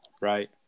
right